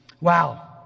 Wow